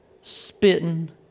spitting